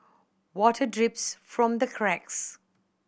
water drips from the cracks